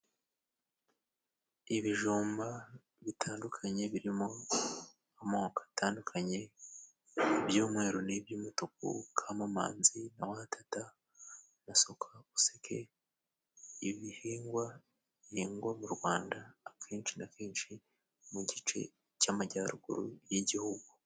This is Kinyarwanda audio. Ibijumba bitandukanye birimo amoko atandukanye ,iby'umweru n'iy'umutuku ,Kamamanzi na Wadada na Suka useke ,ibihingwa bihingwa mu Rwanda akenshi na kenshi mu gice cy'amajyaruguru y'igihugu.